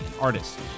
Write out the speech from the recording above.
artists